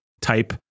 type